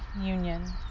union